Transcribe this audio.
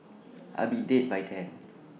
I'll be dead by then